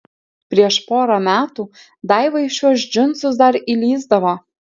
prieš porą metų daiva į šiuos džinsus dar įlįsdavo